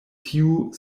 tiu